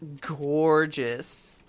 gorgeous